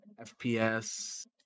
FPS